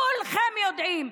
כולכם יודעים.